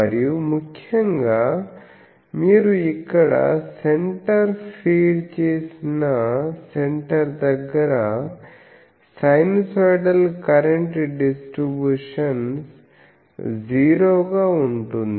మరియు ముఖ్యంగా మీరు ఇక్కడ సెంటర్ ఫీడ్ చేసిన సెంటర్ దగ్గర సైనూసోయిడల్ కరెంట్ డిస్ట్రిబ్యూషన్స్ జీరో గా ఉంటుంది